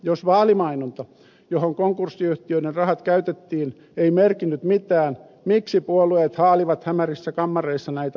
jos vaalimainonta johon konkurssiyhtiöiden rahat käytettiin ei merkinnyt mitään miksi puolueet haalivat hämärissä kammareissa näitä rahoja